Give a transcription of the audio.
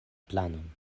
planon